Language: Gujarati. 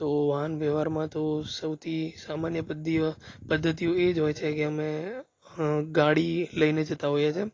તો વાહન વ્યવહારમાં તો સૌથી સામાન્ય પધ્ધિઓ પદ્ધતિઓ એ જ હોય છે કે અમે ગાડી લઈને જતાં હોઈએ છે